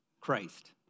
Christ